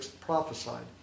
prophesied